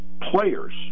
players